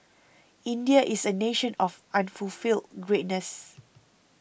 India is a nation of unfulfilled greatness